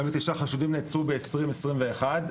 49 חשודים נעצרו ב-2021,